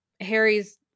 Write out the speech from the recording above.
Harry's